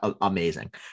amazing